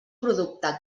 producte